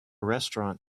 restaurant